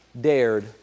dared